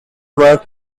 were